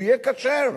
הוא יהיה כשר.